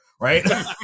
right